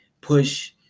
push